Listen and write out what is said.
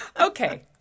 Okay